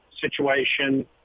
situation